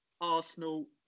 Arsenal